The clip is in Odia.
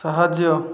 ସାହାଯ୍ୟ